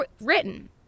written